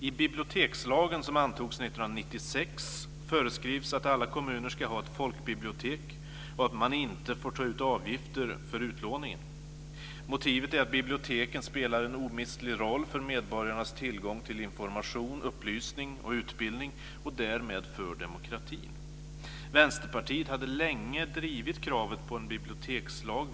I bibliotekslagen, som antogs 1996, föreskrivs att alla kommuner ska ha ett folkbibliotek och att man inte får ta ut avgifter för utlåningen. Motivet är att biblioteken spelar en omistlig roll för medborgarnas tillgång till information, upplysning och utbildning och därmed för demokratin. Vänsterpartiet hade länge drivit kravet på en bibliotekslag.